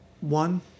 one